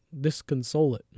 disconsolate